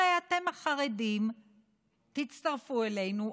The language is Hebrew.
הרי אתם החרדים תצטרפו אלינו,